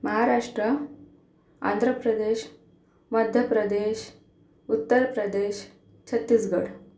Maharashtra Andhra Pradesh Madhya Pradesh Uttar Pradesh Chhattisgarh